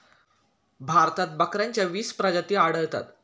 भारतात बकऱ्यांच्या वीस प्रजाती आढळतात